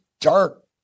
dark